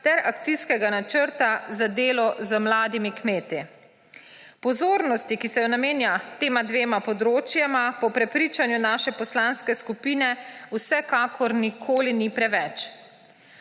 ter akcijskega načrta za delo z mladimi kmeti. Pozornosti, ki se jo namenja tema dvema področjema, po prepričanju naše poslanske skupine vsekakor nikoli ni preveč.